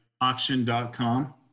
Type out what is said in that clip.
auction.com